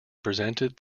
presented